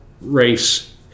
Race